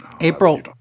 April